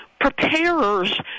preparers